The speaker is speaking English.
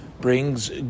brings